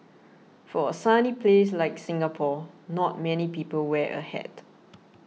for a sunny place like Singapore not many people wear a hat